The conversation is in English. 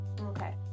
Okay